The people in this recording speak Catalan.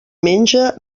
menja